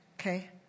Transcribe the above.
okay